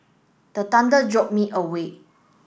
the thunder jolt me away